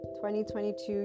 2022